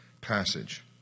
passage